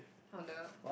on the